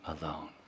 alone